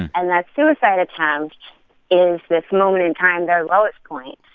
and that suicide attempt is this moment in time their lowest point,